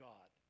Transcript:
God